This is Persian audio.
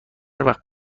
وقت